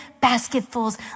basketfuls